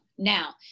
now